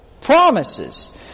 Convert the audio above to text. promises